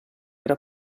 era